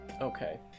Okay